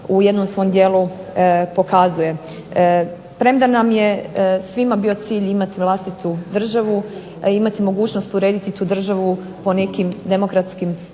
u jednom svom dijelu pokazuje. Premda nam je svima bio cilj imati vlastitu državu, imati mogućnost urediti tu državu po nekim demokratskim